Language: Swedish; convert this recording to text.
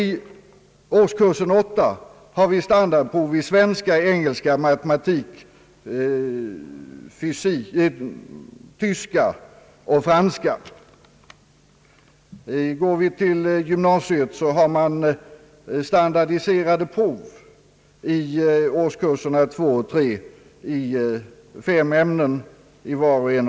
I årskurs 8 har vi standardprov i svenska, engelska, matematik, tyska och franska. I gymnasiet har man standardiserade prov i årskurserna 2 och 3 i fem ämnen i vardera årskursen.